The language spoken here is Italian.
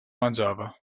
mangiava